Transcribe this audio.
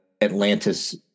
atlantis